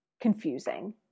confusing